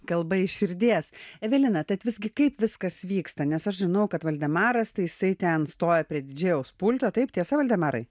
kalba iš širdies evelina tad visgi kaip viskas vyksta nes aš žinau kad valdemaras tai jisai ten stoja prie didžėjaus pulto taip tiesa valdemarai